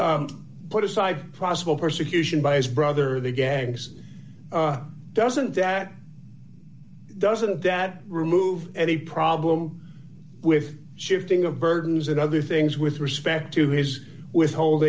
put aside prasco persecution by his brother the gags doesn't that doesn't that remove any problem with shifting of burdens and other things with respect to his withhold